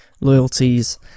loyalties